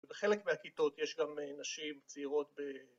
‫בחלק מהכיתות יש גם נשים צעירות...